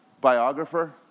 biographer